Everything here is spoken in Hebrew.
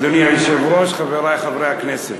אדוני היושב-ראש, חברי חברי הכנסת,